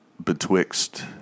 Betwixt